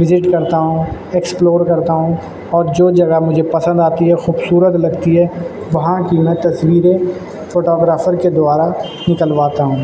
visit کرتا ہوں explore کرتا ہوں اور جو جگہ مجھے پسند آتی ہے خوبصورت لگتی ہے وہاں کی نہ تصویریں فوٹوگرافر کے دوارا نکلواتا ہوں